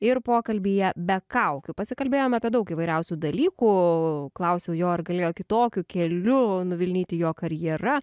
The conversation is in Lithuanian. ir pokalbyje be kaukių pasikalbėjom apie daug įvairiausių dalykų klausiau jo ar galėjo kitokiu keliu nuvilnyti jo karjera